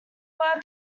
were